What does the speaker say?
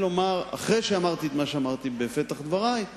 שאמרתי את מה שאמרתי בפתח דברי,